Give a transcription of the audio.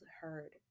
heard